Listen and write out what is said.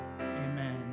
Amen